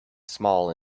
small